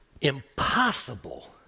Impossible